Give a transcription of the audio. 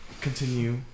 continue